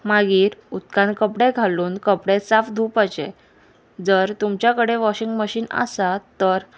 मागीर उदकान कपडे घालून कपडे साफ धुवपाचे जर तुमच्या कडेन वॉशिंग मशीन आसा तर